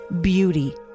beauty